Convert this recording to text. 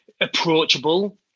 approachable